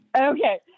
Okay